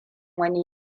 wani